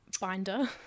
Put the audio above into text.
binder